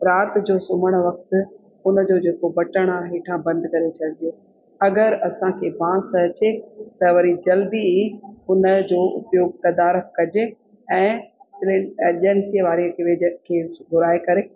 राति जो सुम्हण वक़्तु उन जो जेको बटण आहे हेठां बंदि करे छॾिजे अगरि असांखे बांस अचे त वरी जल्दी ई उन जो उपयोगु कदार कजे ऐं सिले एजंसीअ वारे खे घुराए करे